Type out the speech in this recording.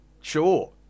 Sure